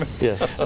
yes